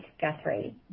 Guthrie